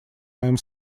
моем